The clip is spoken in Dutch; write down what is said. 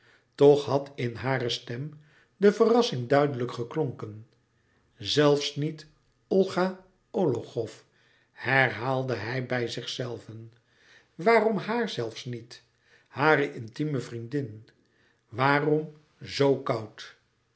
toch had in hare stem de verrassing duidelijk geklonken zelfs niet olga ologhow herhaalde hij bij zichzelven waarom haar zelfs niet hare intieme vriendin waarom zo koud